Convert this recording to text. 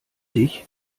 dich